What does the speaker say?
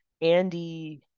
Andy